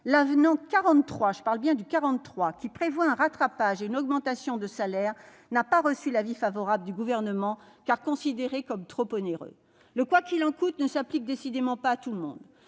l'avenant 43- je parle bien du 43 -, qui prévoit un rattrapage et une augmentation de salaire n'a pas reçu l'avis favorable du Gouvernement, car considéré comme trop onéreux. Le « quoi qu'il en coûte » ne s'applique décidément pas à tout le monde